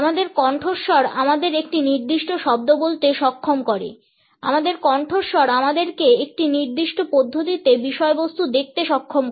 আমাদের কণ্ঠস্বর আমাদের একটি নির্দিষ্ট শব্দ বলতে সক্ষম করে আমাদের কণ্ঠস্বর আমাদেরকে একটি নির্দিষ্ট পদ্ধতিতে বিষয়বস্তু দেখতে সক্ষম করে